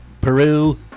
Peru